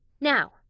Now